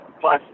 Plus